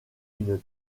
une